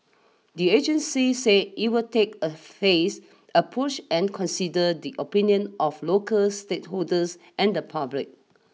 the agency said it will take a phased approach and consider the opinion of local stakeholders and the public